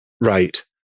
right